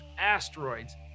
asteroids